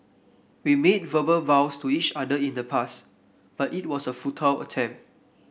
we made verbal vows to each other in the past but it was a futile attempt